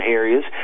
areas